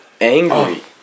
angry